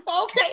okay